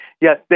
Yes